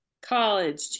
college